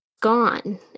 gone